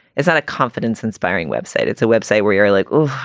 is that a confidence inspiring web site? it's a web site where you're like, oh,